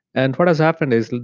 and what has happened is,